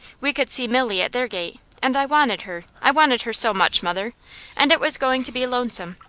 we could see milly at their gate, and i wanted her, i wanted her so much, mother and it was going to be lonesome,